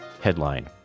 Headline